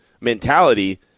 mentality